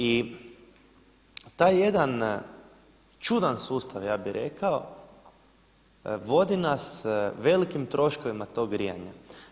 I taj jedan čudan sustav ja bih rekao vodi nas velikim troškovima tog grijanja.